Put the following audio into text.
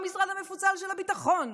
במשרד המפוצל של הביטחון.